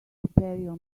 imperial